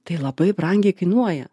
tai labai brangiai kainuoja